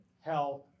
health